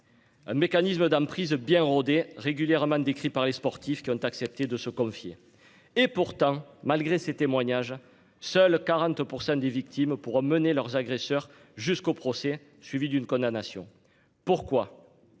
Un mécanisme d'emprise bien rodée régulièrement décrit par les sportifs qui ont accepté de se confier. Et pourtant malgré ces témoignages. Seuls 40% des victimes pour mener leurs agresseurs jusqu'au procès, suivi d'une condamnation. Pourquoi.